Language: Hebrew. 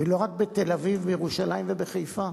ולא רק בתל-אביב, בירושלים ובחיפה.